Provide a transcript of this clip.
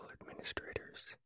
administrators